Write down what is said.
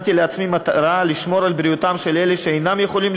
שמתי לעצמי מטרה לשמור על בריאותם של אלה שאינם יכולים